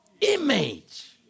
image